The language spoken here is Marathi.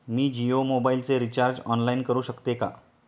मी जियो मोबाइलचे रिचार्ज ऑनलाइन करू शकते का?